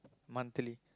monthly